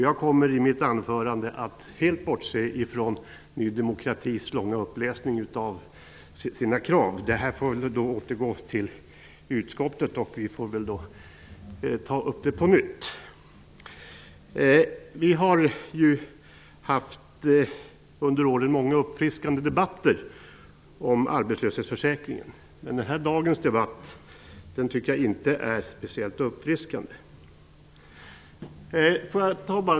Jag kommer i mitt anförande helt att bortse från Ny demokratis långa uppläsning av sina krav. Ärendet får väl återgå till utskottet, och vi får väl ta upp det på nytt. Vi har under åren haft många uppfriskande debatter om arbetslöshetsförsäkringen, men dagens debatt har inte varit speciellt uppfriskande.